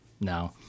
no